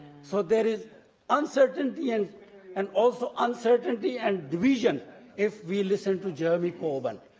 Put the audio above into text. so, there is uncertainty and and also uncertainty and division if we listen to jeremy corbyn.